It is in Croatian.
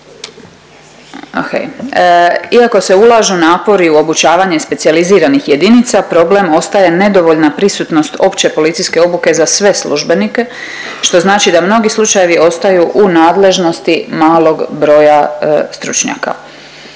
Iako se ulažu napori u obučavanje specijaliziranih jedinica, problem ostaje nedovoljna prisutnost opće policijske obuke za sve službenike, što znači da mnogi slučajevi ostaju u nadležnosti malog broja stručnjaka.